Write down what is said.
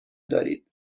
دارید